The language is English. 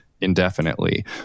indefinitely